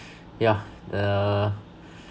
yeah uh